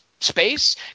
space